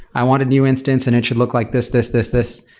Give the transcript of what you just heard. i want a new instance, and it should look like this, this, this, this.